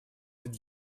did